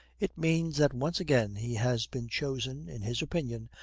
it means that once again he has been chosen, in his opinion,